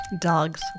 Dogs